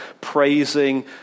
praising